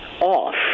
off